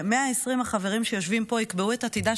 ו-120 החברים שיושבים פה יקבעו את עתידה